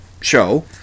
show